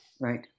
right